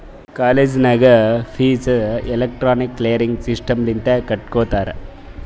college ನಾಗೂ fees electronic clearing system ಲಿಂತೆ ಕಟ್ಗೊತ್ತಾರ್